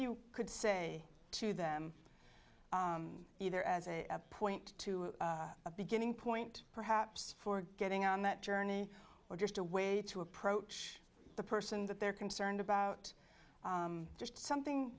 you could say to them either as a point to a beginning point perhaps forgetting on that journey or just a way to approach the person that they're concerned about just something